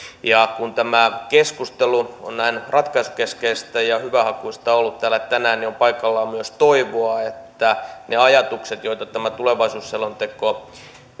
kun tämä keskustelu on näin ratkaisukeskeistä ja hyvähakuista ollut täällä tänään niin on paikallaan toivoa että ne ajatukset joita tämä tulevaisuusselonteko